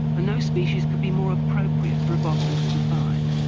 no species could be more appropriate for a botanist to find.